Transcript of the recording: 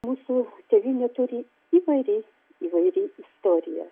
mūsų tėvynė turi įvairiai įvairi istorija